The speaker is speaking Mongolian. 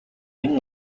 энэ